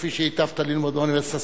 כפי שהטבת ללמוד באוניברסיטה,